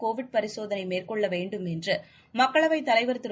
Covid பரிசோதனை மேற்கொள்ள வேண்டும் என்றும் மக்களவைத் தலைவர் திரு